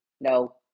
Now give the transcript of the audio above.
no